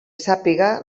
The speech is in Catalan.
sàpiga